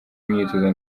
imyitozo